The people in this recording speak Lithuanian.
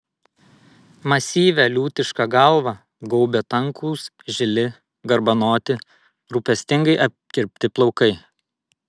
masyvią liūtišką galva gaubė tankūs žili garbanoti rūpestingai apkirpti plaukai